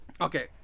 Okay